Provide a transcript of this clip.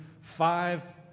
five